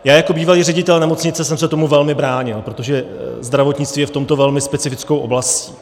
Já jako bývalý ředitel nemocnice jsem se tomu velmi bránil, protože zdravotnictví je v tomto velmi specifickou oblastí.